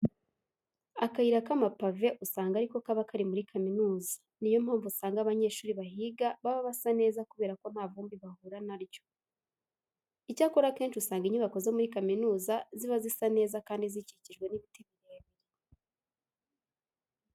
Akayira k'amapave usanga ari ko kaba kari muri kaminuza, niyo mpamvu usanga abanyeshuri bahiga baba basa neza kubera ko nta vumbi bahura na ryo. Icyakora akenshi usanga inyubako zo muri kaminuza ziba zisa neza kandi zikikijwe n'ibiti birebire.